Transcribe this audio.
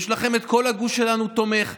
יש לכם את כל הגוש שלנו שתומך.